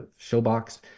Showbox